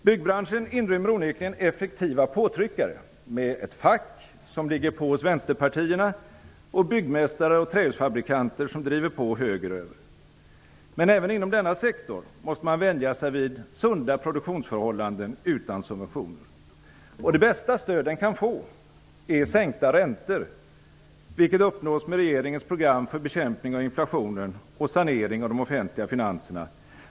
Byggbranschen inrymmer onekligen effektiva påtryckare med ett fack som ligger på hos vänsterpartierna och byggmästare och trähusfabrikanter som driver på högeröver. Men även inom denna sektor måste man vänja sig vid sunda produktionsförhållanden utan subventioner. Och det bästa stöd den kan få är sänkta räntor. Det kan uppnås med regeringens program för bekämpning av inflationen och sanering av de offentliga finanserna.